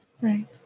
right